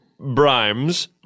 brimes